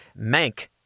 *Mank*